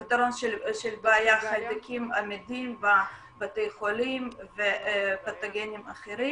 חיידקים עמידים בבתי חולים ופתוגנים אחרים.